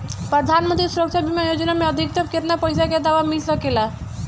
प्रधानमंत्री सुरक्षा बीमा योजना मे अधिक्तम केतना पइसा के दवा मिल सके ला?